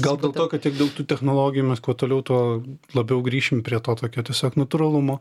gal dėl to kad tiek daug tų technologijų mes kuo toliau tuo labiau grįšim prie to tokio tiesiog natūralumo